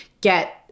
get